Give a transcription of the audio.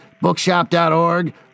Bookshop.org